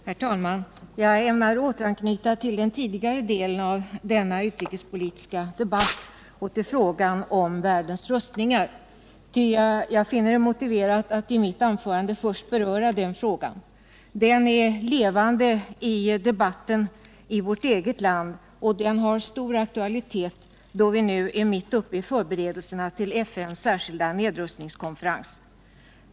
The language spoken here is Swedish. Herr talman! Jag ämnar återknyta till den tidigare delen av denna utrikespolitiska debatt och till frågan om världens rustningar. Jag finner det motiverat att i mitt anförande börja med att beröra den frågan. Den är levande i debatten i vårt eget land och den har stor aktualitet, då vi nu är mitt uppe i förberedelserna för FN:s särskilda nedrustningskonferens.